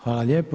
Hvala lijepo.